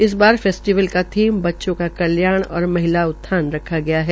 इस बार फेस्टिवल की थीम बच्चों के कल्याण में महिला उत्थान रखा गया है